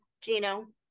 Gino